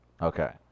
Okay